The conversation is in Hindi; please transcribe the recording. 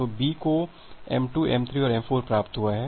तो B को m2 m3 और m4 प्राप्त हुआ है